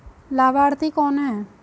लाभार्थी कौन है?